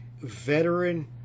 veteran